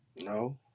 No